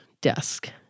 desk